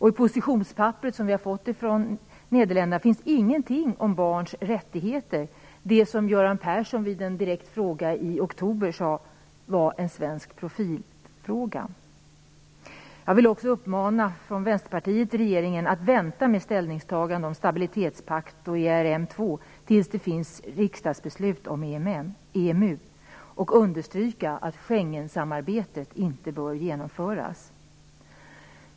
I positionspapperet som vi har fått från Nederländerna står ingenting om barns rättigheter - det som Göran Persson på en direkt fråga i oktober sade var en svensk profilfråga. Jag vill också för Vänsterpartiets räkning uppmana regeringen att vänta med ett ställningstagande om stabilitetspakt i ERM 2 tills det finns ett riksdagsbeslut om EMU och understryka att Schengensamarbetet inte bör genomföras.